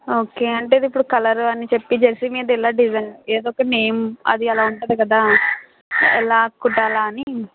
okay అంటే అది ఇప్పుడు కలర్ అన్నీ చెప్పి డ్రెస్ మీద డిజైన్ ఏదో ఒక నేమ్ అది అలా ఉంటుంది కదా ఎలా కుట్టాలా అని